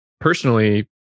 personally